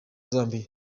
zambiya